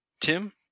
Tim